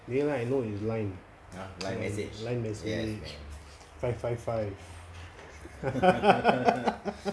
only line I know is line line message five five five